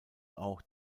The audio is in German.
auch